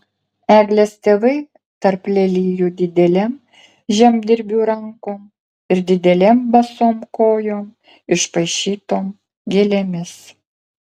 eglės tėvai tarp lelijų didelėm žemdirbių rankom ir didelėm basom kojom išpaišytom gėlėmis